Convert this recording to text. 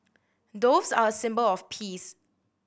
doves are a symbol of peace